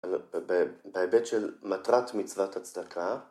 ‫בהיבט של מטרת מצוות הצדקה.